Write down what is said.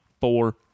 four